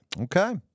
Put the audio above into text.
Okay